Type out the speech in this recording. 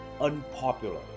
unpopular